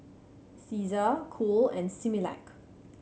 Cesar Cool and Similac